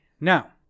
Now